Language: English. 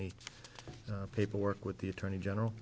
the paperwork with the attorney general